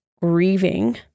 grieving